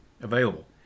available